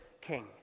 king